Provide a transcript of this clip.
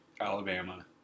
Alabama